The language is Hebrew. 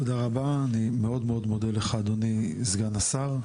תודה רבה, אני מאוד מודה לך, אדוני סגן השר.